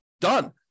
Done